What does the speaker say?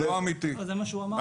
אני לא מקבל את זה.